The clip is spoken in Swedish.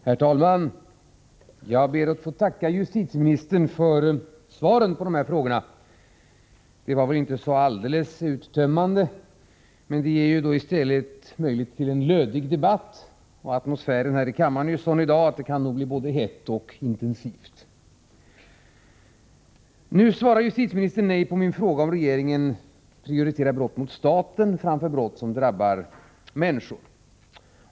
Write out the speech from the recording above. Herr talman! Jag ber att få tacka justitieministern för svaren på frågorna. De var väl inte så väldigt uttömmande, men de ger i stället möjlighet till en lödig debatt, och atmosfären här i kammaren i dag är ju sådan att det nog kan bli både hett och intensivt. Nu svarar justitieministern nej på min fråga om regeringen prioriterar brott mot staten framför brott som drabbar människor.